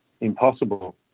impossible